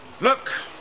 Look